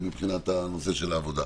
זה מבחינת נושא העבודה.